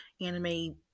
anime